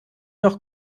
noch